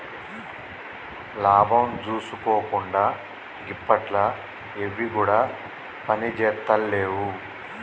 లాభం జూసుకోకుండ గిప్పట్ల ఎవ్విగుడ పనిజేత్తలేవు